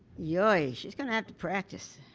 yoy, she's going to have to practice.